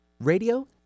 radio